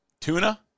tuna